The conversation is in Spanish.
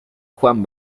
juan